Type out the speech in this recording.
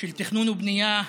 של תכנון ובנייה,